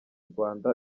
rwanda